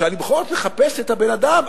ואני בכל זאת מחפש את הבן-אדם,